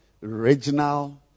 regional